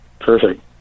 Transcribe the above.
perfect